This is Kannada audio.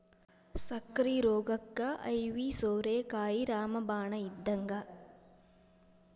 ಸಕ್ಕ್ರಿ ರೋಗಕ್ಕ ಐವಿ ಸೋರೆಕಾಯಿ ರಾಮ ಬಾಣ ಇದ್ದಂಗ